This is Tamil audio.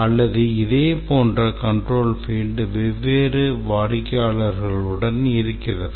அல்லது இதே போன்ற control field வெவ்வேறு வாடிக்கையாளர்களுடன் இருக்கிறதா